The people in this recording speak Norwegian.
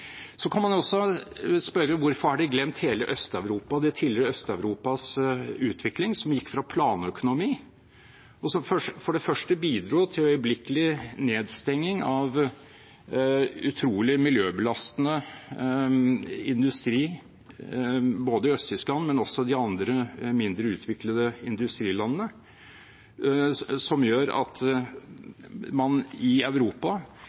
Så kan man også spørre: Hvorfor har de glemt hele Øst-Europa, det tidligere Øst-Europas utvikling? Den gikk fra planøkonomi og bidro for det første til øyeblikkelig nedstenging av utrolig miljøbelastende industri i tidligere Øst-Tyskland, men også i de andre, mindre utviklede industrilandene. Det gjør at man i Europa